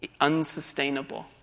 unsustainable